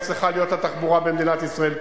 צריכה להיות התחבורה במדינת ישראל כולה,